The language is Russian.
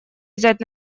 взять